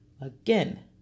Again